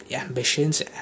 ambitions